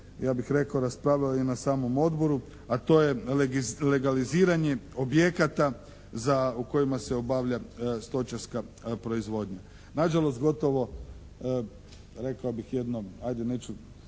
koji smo dosta raspravljali na samom odboru a to je legaliziranje objekata u kojima se obavlja stočarska proizvodnja. Nažalost, gotovo rekao bih jednom ajde neću